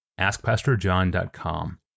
askpastorjohn.com